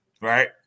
Right